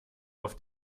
auf